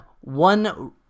one